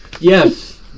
Yes